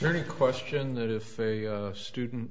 very question that if a student